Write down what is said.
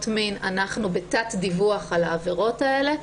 מין אנחנו בתת דיווח על העבירות האלה.